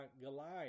Goliath